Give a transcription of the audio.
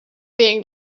being